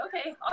okay